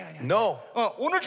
No